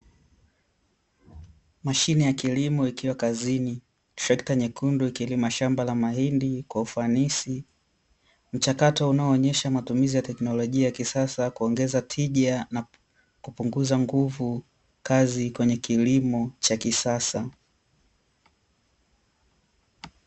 Mashine ya kilimo ikiwa kazini, trekta nyekundu ikilima shamba la mahindi kwa ufanisi, mchakato unaoonyesha matumizi ya teknolojia ya kisasa, kuongeza tija na kupunguza nguvu kazi kwenye kilimo cha kisasa.